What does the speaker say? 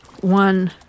One